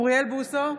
אוריאל בוסו,